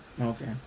okay